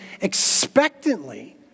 expectantly